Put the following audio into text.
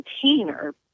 container